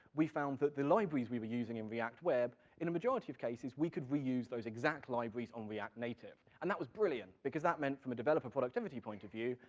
we found that the libraries we were using in react web, in a majority of cases, we could reuse those exact libraries on react native. and that was brilliant, because that meant, from a developer productivity point of view,